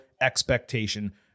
expectation